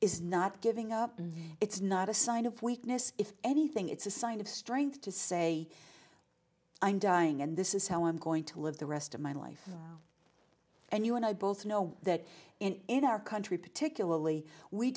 is not giving up it's not a sign of weakness if anything it's a sign of strength to say i'm dying and this is how i'm going to live the rest of my life and you and i both know that in our country particularly we